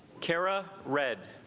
cara red